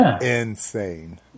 insane